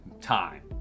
time